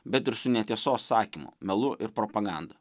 bet ir su netiesos sakymu melu ir propaganda